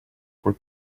for